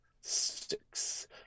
six